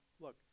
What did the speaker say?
look